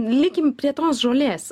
likim prie tos žolės